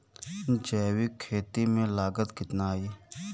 जैविक खेती में लागत कितना आई?